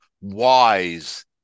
wise